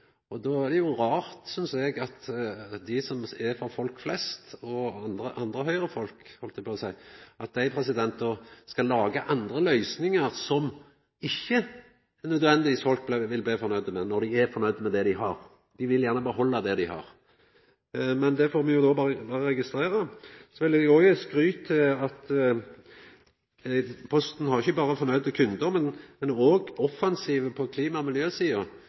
postomdelinga. Då er det rart at folk flest og andre høgrefolk – heldt eg på å seia – skal laga løysingar som folk ikkje nødvendigvis blir fornøgde med, når dei er fornøgde med det dei har. Dei vil gjerne behalda det dei har. Det får me berre registrera. Så vil eg gje skryt til Posten for at dei ikkje berre har fornøgde kundar, men dei er òg offensiv på klima- og